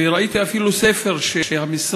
וראיתי אפילו ספר שהמשרד